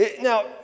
now